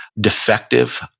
defective